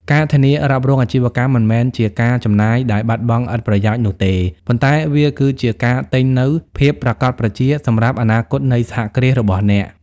ការធានារ៉ាប់រងអាជីវកម្ម មិនមែនជាការចំណាយដែលបាត់បង់ឥតប្រយោជន៍នោះទេ ប៉ុន្តែវាគឺជាការទិញនូវ "ភាពប្រាកដប្រជា" សម្រាប់អនាគតនៃសហគ្រាសរបស់អ្នក។